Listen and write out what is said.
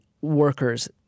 workers